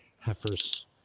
Heifers